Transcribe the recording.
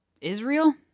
israel